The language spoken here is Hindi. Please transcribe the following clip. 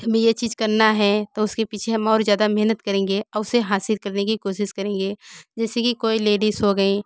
हमें ये चीज करना है तो उसके पीछे हम और ज़्यादा मेहनत करेंगे और उसे हासिल करने की कोशिश करेंगे जैसे कि कोई लेडीस हो गईं